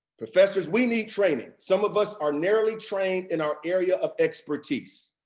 professors, we need training. some of us are narrowly trained in our area of expertise,